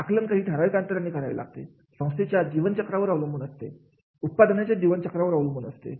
आकलन काही ठराविक अंतराने करावे लागते संस्थेच्या जीवन चक्रावर अवलंबून असते उत्पादनाच्या जीवन चक्र वर अवलंबून असते